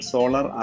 Solar